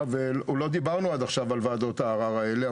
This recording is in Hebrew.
ולא דיברנו עד עכשיו על ועדות הערר האלה,